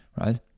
right